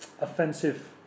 offensive